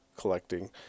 collecting